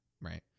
Right